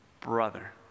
brother